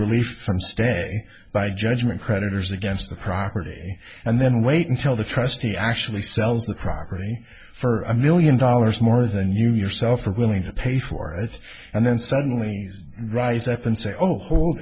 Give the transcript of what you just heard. stand by judgment creditors against the property and then wait until the trustee actually sells the property for a million dollars more than you yourself are willing to pay for it and then suddenly rise up and say oh hold